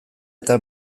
eta